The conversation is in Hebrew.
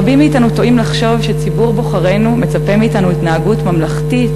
רבים מאתנו טועים לחשוב שציבור בוחרינו מצפה מאתנו להתנהגות ממלכתית,